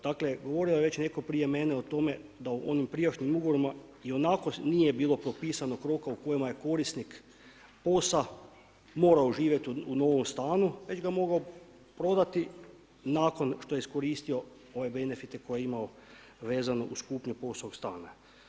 Dakle, govorio je već neko prije mene o tome da u onim prijašnjim ugovorima i onako nije bilo propisanog roka u kojima je korisnik POS-a morao živjeti u novom stanu već ga je mogao prodati nakon što je iskoristio ove benefite vezano uz kupnju POS-ovog stana.